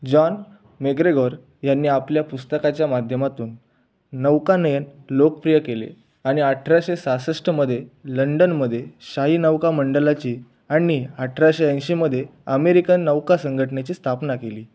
John MacGregor यांनी आपल्या पुस्तकाच्या माध्यमातून नौकानयन लोकप्रिय केले आणि अठराशे सहासष्टमध्ये लंडनमध्ये शाही नौका मंडळाची आणि अठराशे ऐंशीमध्ये अमेरिकन नौका संघटनेची स्थापना केली